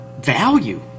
value